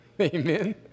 Amen